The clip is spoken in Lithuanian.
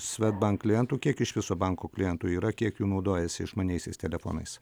svedbank klientų kiek iš viso banko klientų yra kiek jų naudojasi išmaniaisiais telefonais